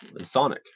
Sonic